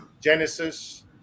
Genesis